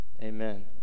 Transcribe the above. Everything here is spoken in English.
Amen